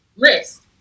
List